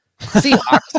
Seahawks